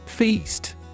Feast